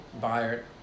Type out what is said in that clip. buyer